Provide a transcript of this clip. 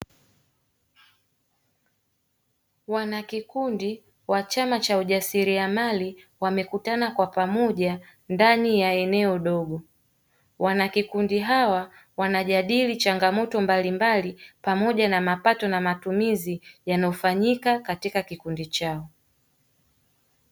Wanakikundi wa chama cha ujasiriamali wamekutana kwa pamoja ndani ya eneo dogo. Wanakikundi hawa wanajadili changamoto mbalimbali pamoja na mapato na matumizi yanayofanyika katika kikundi chao.